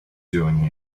doing